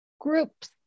groups